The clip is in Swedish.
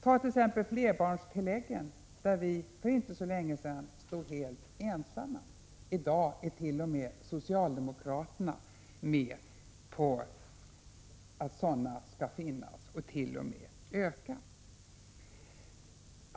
Ta t.ex. flerbarnstilläggen, där vi för inte så länge sedan stod helt ensamma. I dag är t.o.m. socialdemokraterna med på att sådana skall finnas, ja, t.o.m. öka.